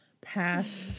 passed